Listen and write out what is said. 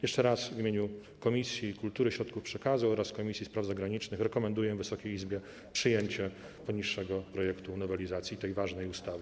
Jeszcze raz w imieniu Komisji Kultury i Środków Przekazu oraz Komisji Spraw Zagranicznych rekomenduję Wysokiej Izbie przyjęcie omawianego projektu nowelizacji tej ważnej ustawy.